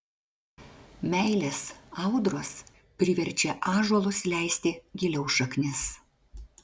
meilės audros priverčia ąžuolus leisti giliau šaknis